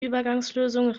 übergangslösung